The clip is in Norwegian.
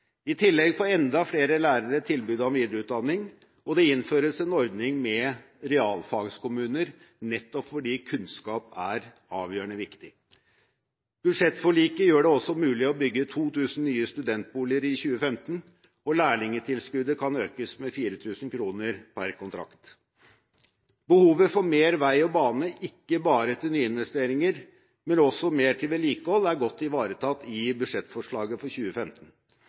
I tillegg får enda flere lærere tilbud om videreutdanning, og det innføres en ordning med realfagskommuner nettopp fordi kunnskap er avgjørende viktig. Budsjettforliket gjør det også mulig å bygge 2 000 nye studentboliger i 2015, og lærlingtilskuddet kan økes med 4 000 kr per kontrakt. Behovet for mer vei og bane, ikke bare til nyinvesteringer, men også mer til vedlikehold, er godt ivaretatt i budsjettforslaget for 2015.